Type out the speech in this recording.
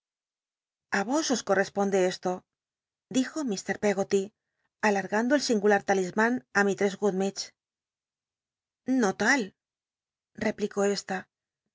a os os cortesponde esto dijo mt peggol y alargando el singular talism m á mistress gummidge o lal replicó esta